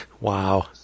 Wow